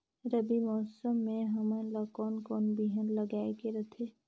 रबी मौसम मे हमन ला कोन कोन बिहान लगायेक रथे?